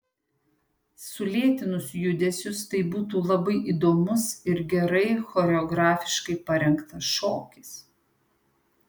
sulėtinus judesius tai būtų labai įdomus ir gerai choreografiškai parengtas šokis